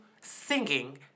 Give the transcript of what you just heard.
singing